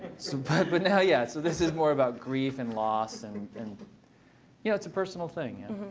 so but but and yeah so this is more about grief and loss and and and yeah it's a personal thing.